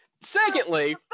Secondly